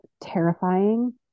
terrifying